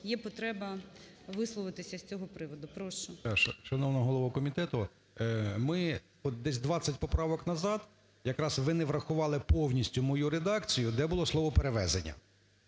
є потреба висловитися з цього приводу. Прошу. 13:33:27 МУСІЙ О.С. Шановна голова комітету, ми от десь 20 поправок назад якраз ви не врахували повністю мою редакцію, де було слово "перевезення".